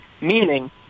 meaning